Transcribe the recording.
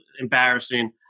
embarrassing